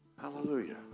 Hallelujah